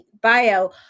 bio